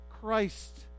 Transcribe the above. Christ